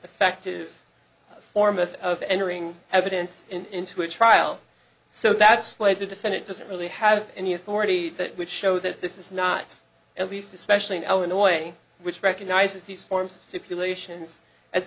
effective form of of entering evidence into a trial so that's why the defendant doesn't really have any authority that would show that this is not at least especially now annoying which recognizes these forms of stipulations as